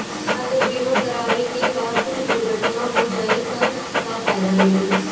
अगर बीमा करावे के बाद कुछ दुर्घटना हो जाई त का फायदा मिली?